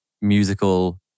musical